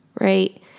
right